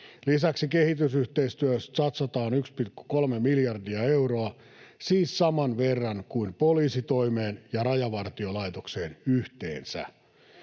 Lisäksi kehitysyhteistyöhön satsataan 1,3 miljardia euroa, siis saman verran kuin poliisitoimeen ja Rajavartiolaitokseen yhteensä.